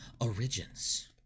Origins